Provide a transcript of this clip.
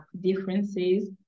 differences